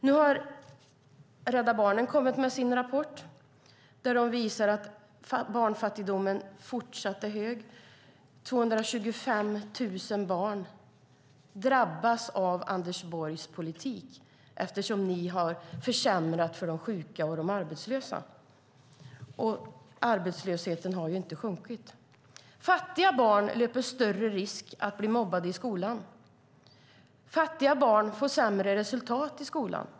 Nu har Rädda Barnen kommit med sin rapport där de visar att barnfattigdomen fortsatt är hög. 225 000 barn drabbas av Anders Borgs politik, eftersom ni har försämrat för de sjuka och för de arbetslösa. Och arbetslösheten har ju inte sjunkit. Fattiga barn löper större risk att bli mobbade i skolan. Fattiga barn får sämre resultat i skolan.